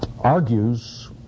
argues